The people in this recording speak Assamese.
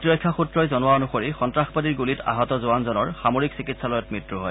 প্ৰতিৰক্ষা সূত্ৰই জনোৱা অনুসৰি সন্তাসবাদীৰ গুলীত আহত জোৱান জনৰ সামৰিক চিকিৎসালয়ত মৃত্যু হয়